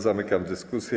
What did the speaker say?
Zamykam dyskusję.